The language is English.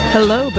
Hello